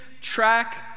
track